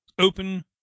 open